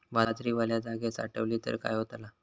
बाजरी वल्या जागेत साठवली तर काय होताला?